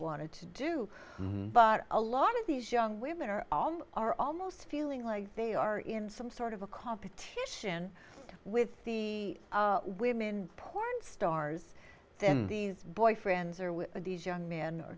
wanted to do but a lot of these young women are all are almost feeling like they are in some sort of a competition with the women porn stars then these boyfriends or with these young men are